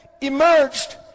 emerged